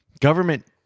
government